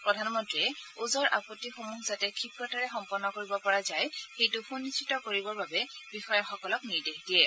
প্ৰধানমন্তীয়ে ওজৰ আপত্তিসমূহ যাতে ক্ষিপ্ৰতাৰে সম্পন্ন কৰিব পৰা যায় সেইটো সুনিশ্চিত কৰিবৰ বাবে বিষয়াসকলক নিৰ্দেশ দিয়ে